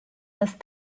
must